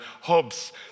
Hobbes